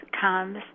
comes